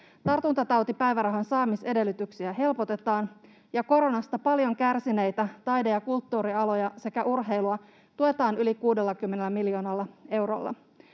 Tartuntatautipäivärahan saamisedellytyksiä helpotetaan, ja koronasta paljon kärsineitä taide- ja kulttuurialoja sekä urheilua tuetaan yli 60 miljoonalla eurolla.